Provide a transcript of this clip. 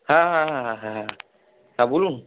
হ্যাঁ হ্যাঁ হ্যাঁ হ্যাঁ হ্যাঁ হ্যাঁ হ্যাঁ বলুন